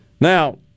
Now